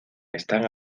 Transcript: están